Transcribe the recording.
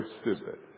stupid